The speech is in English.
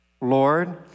Lord